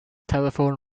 telephone